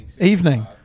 Evening